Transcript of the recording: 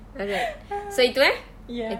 ya